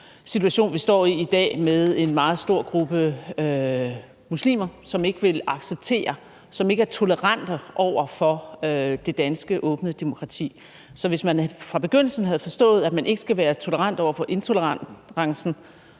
situation, vi står i i dag, med en meget stor gruppe muslimer, som ikke vil acceptere og ikke er tolerante over for det danske åbne demokrati. Så hvis man fra begyndelsen havde forstået, at man ikke skal være tolerant over for intolerancen,